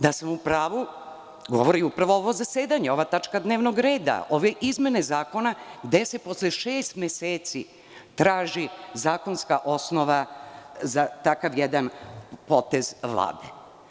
Da sam u pravu govori upravo ovo zasedanje, ova tačka dnevnog reda, ove izmene zakona, gde se posle šest meseci traži zakonska osnova za takav jedan potez Vlade.